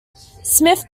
smith